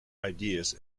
ideas